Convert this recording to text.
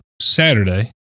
saturday